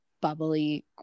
bubbly